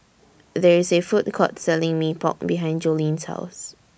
There IS A Food Court Selling Mee Pok behind Jolene's House